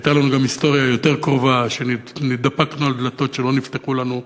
הייתה לנו גם היסטוריה יותר קרובה שהתדפקנו על דלתות שלא נפתחו לפנינו,